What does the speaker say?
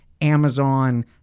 Amazon